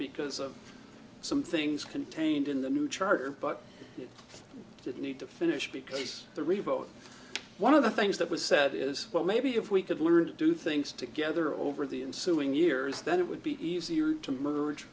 because of some things contained in the new charter but it didn't need to finish because the revote one of the things that was said is well maybe if we could learn to do things together over the ensuing years then it would be easier to merge